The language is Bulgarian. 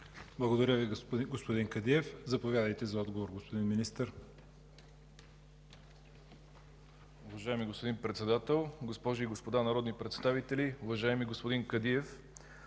Благодаря, господин Белемезов. Заповядайте за отговор, господин Министър.